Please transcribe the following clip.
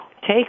take